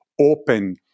open